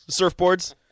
surfboards